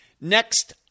Next